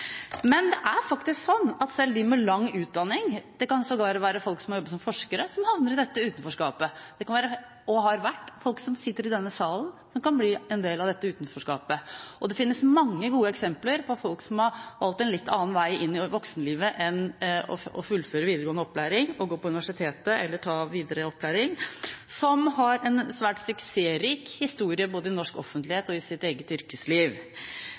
Men det er faktisk sånn at selv de med lang utdanning – det kan sågar være folk som har jobbet som forskere – havner i dette utenforskapet. Det kan være – og har vært – folk som sitter i denne salen, som kan bli en del av dette utenforskapet. Det finnes mange gode eksempler på folk som har valgt en litt annen vei inn i voksenlivet enn å fullføre videregående opplæring og gå på universitetet eller ta videre opplæring, som har en svært suksessrik historie både i norsk offentlighet og i sitt eget yrkesliv.